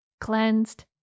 cleansed